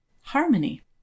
harmony